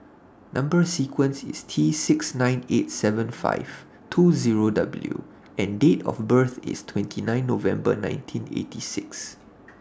Number sequence IS T six nine eight seven five two Zero W and Date of birth IS twenty nine November nineteen eighty six